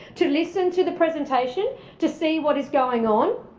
to listen to the presentation to see what is going on.